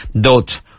dot